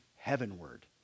heavenward